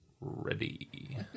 ready